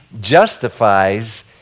justifies